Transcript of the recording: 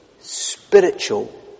spiritual